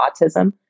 autism